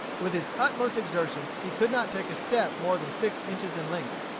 with his utmost exertions he could not take a step more than six inches in length.